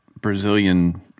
Brazilian